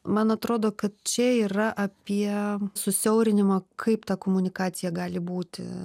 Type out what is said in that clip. man atrodo kad čia yra apie susiaurinimą kaip ta komunikacija gali būti